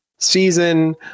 season